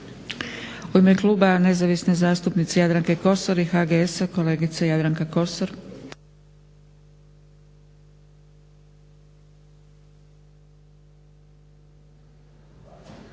U ime kluba nezavisne zastupnice Jadranke Kosor i HGS-a kolegica Jadranka Kosor.